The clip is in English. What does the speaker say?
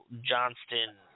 Johnston